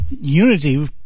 Unity